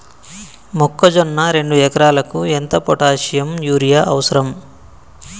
మొక్కజొన్న రెండు ఎకరాలకు ఎంత పొటాషియం యూరియా అవసరం?